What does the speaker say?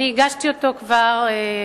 אני הגשתי אותו כבר,